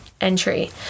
entry